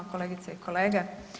Kolegice i kolege.